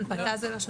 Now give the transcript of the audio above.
הנפקה זה לא.